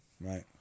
Right